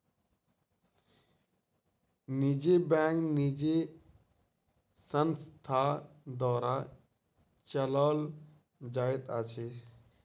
निजी बैंक निजी संस्था द्वारा चलौल जाइत अछि